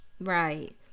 Right